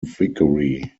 vickery